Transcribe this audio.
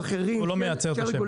או אחרים --- הוא לא מייצר את השמן.